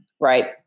Right